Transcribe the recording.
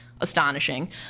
astonishing